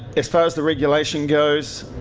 as far as the regulation goes,